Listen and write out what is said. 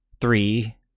three